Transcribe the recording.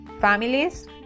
families